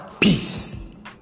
peace